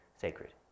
sacred